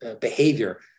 behavior